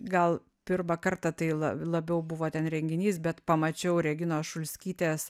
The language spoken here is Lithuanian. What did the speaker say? gal pirmą kartą tai la labiau buvo ten renginys bet pamačiau reginos šulskytės